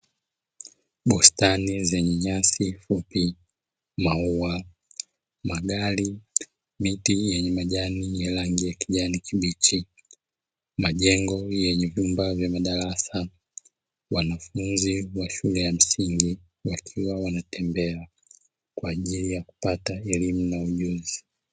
Bustani zenye nyasi fupi